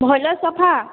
ଭଲ ସୋଫା